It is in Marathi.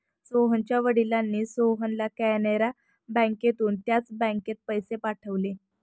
सोहनच्या वडिलांनी सोहनला कॅनरा बँकेतून त्याच बँकेत पैसे पाठवले